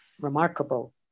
remarkable